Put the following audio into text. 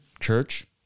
church